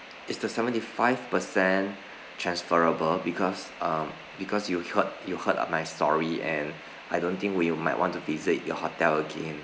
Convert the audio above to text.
is the seventy five percent transferable because um because you heard you heard my story and I don't think we might want to visit your hotel again